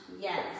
Yes